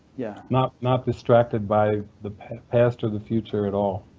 yeah not not distracted by the past or the future at all.